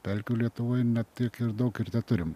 pelkių lietuvoj ne tiek ir daug ir teturim